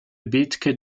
bethke